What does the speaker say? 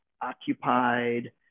occupied